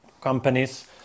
companies